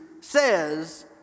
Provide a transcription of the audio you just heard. says